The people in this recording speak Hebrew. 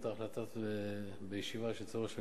באותה החלטה בישיבה אצל ראש הממשלה,